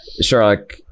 Sherlock